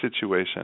situation